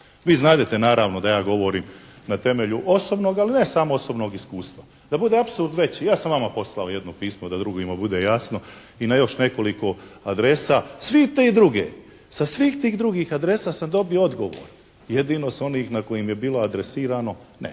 Vi znadete naravno da ja govorim na temelju osobnog, ali ne samo osobnog iskustva. Da bude apsurd veći ja sam vama poslao jedno pismo, da drugima bude jasno i na još nekoliko adresa. Sa svih tih drugih, sa svih tih drugih adresa sam dobio odgovor. Jedino sa onih na kojim je bilo adresirano ne.